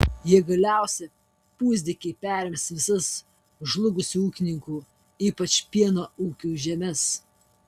jie galiausiai pusdykiai perims visas žlugusių ūkininkų ypač pieno ūkių žemes